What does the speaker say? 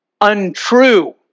untrue